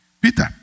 Peter